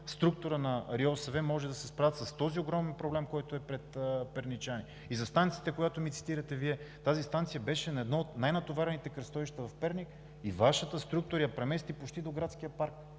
структура на РИОСВ могат да се справят с този огромен проблем, който е пред перничани. И за станцията, която ми цитирате Вие – тази станция беше на едно от най-натоварените кръстовища в Перник и Вашата структура я премести почти до градския парк.